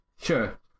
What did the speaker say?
Sure